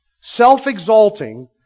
self-exalting